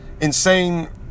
insane